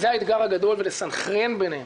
ולסנכרן ביניהם.